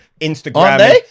Instagram